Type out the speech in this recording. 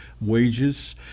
wages